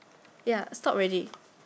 ya stop already